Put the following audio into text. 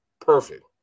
Perfect